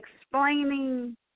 explaining